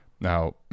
now